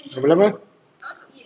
berapa lama